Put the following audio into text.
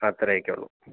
അത്രയൊക്കെയേ ഉളളൂ